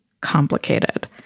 complicated